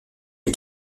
une